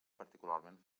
particularment